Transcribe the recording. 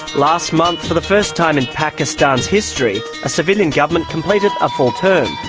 last month, for the first time in pakistan's history, a civilian government completed a full term.